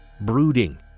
brooding